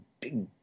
big